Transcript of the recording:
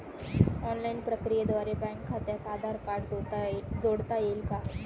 Online प्रक्रियेद्वारे bank खात्यास Aadhaar card जोडता येईल का?